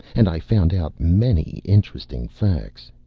and i found out many interesting facts.